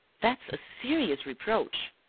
that's a serious reproach.